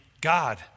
God